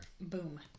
Boom